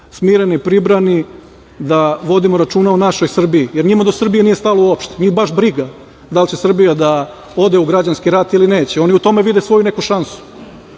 smireni, pribrani, da vodimo računa o našoj Srbiji, jer njima do Srbije nije stalo uopšte. Njih baš briga da li će Srbija da ode u građanski rat ili neće. Oni u tome vide svoju neku šansu.